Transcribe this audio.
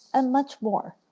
and much more.